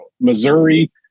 Missouri